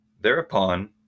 Thereupon